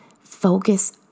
focus